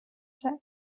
sex